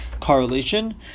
correlation